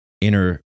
inner